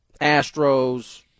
Astros